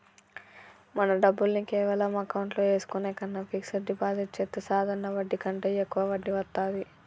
మన డబ్బుల్ని కేవలం అకౌంట్లో ఏసుకునే కన్నా ఫిక్సడ్ డిపాజిట్ చెత్తే సాధారణ వడ్డీ కంటే యెక్కువ వడ్డీ వత్తాది